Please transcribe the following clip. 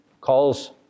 calls